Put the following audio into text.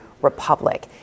Republic